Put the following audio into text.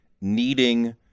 needing